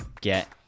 get